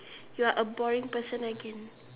you're a boring person again